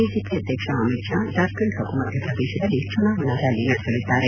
BJP ಅಧ್ಯಕ್ಷ ಅಮಿತ್ ಶಾ ಜಾರ್ಖಂಡ್ ಹಾಗೂ ಮಧ್ಯಪ್ರದೇಶದಲ್ಲಿ ಚುನಾವಣಾ ರ್ಹಾಲಿ ನಡೆಸಲಿದ್ದಾರೆ